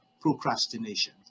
procrastination